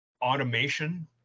automation